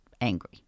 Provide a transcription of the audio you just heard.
angry